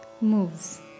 moves